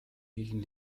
gegen